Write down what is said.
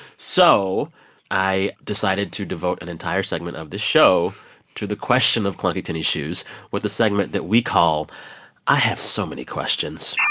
so i decided to devote an entire segment of this show to the question of clunky tennis shoes with a segment that we call i have so many questions